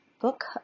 book